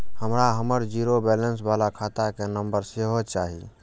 हमरा हमर zero balance बाला खाता के नम्बर सेहो चाही